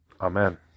Amen